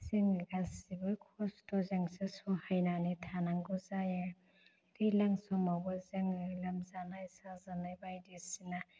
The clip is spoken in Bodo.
जोङो गासैबो खस्थ'जोंसो सहायनानै थानांगौ जायो दैलां समावबो जोङो लोमजानाय साजानाय बायदिसिना